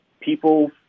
people